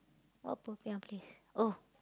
what popiah place oh